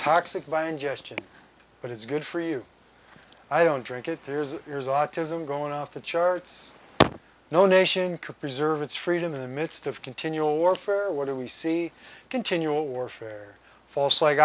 toxic by ingestion but it's good for you i don't drink it here's here's autism going off the charts no nation could preserve its freedom in the midst of continual warfare what do we see continual warfare false